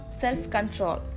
self-control